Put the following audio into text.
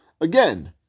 Again